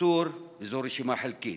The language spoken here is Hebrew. וזו רשימה חלקית.